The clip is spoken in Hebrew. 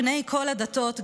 בני כל הדתות,